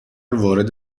وارد